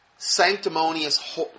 Sanctimonious